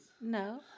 No